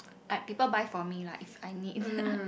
ah people buy for me lah if I need